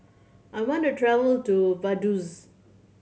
I want to travel to Vaduz